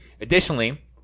Additionally